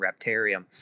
Reptarium